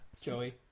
Joey